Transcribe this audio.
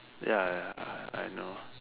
ya ya ya I know